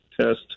test